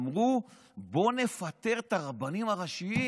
אמרו: בואו נפטר את הרבנים הראשיים.